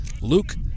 Luke